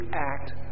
act